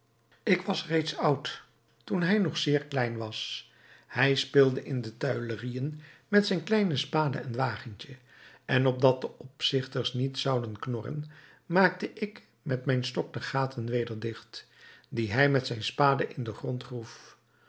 ik was reeds oud toen hij nog zeer klein was hij speelde in de tuilerieën met zijn kleine spade en wagentje en opdat de opzichters niet zouden knorren maakte ik met mijn stok de gaten weder dicht die hij met zijn spade in den grond groef